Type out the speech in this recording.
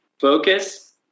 focus